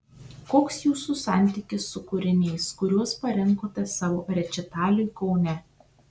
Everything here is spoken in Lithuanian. koks jūsų santykis su kūriniais kuriuos parinkote savo rečitaliui kaune